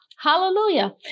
Hallelujah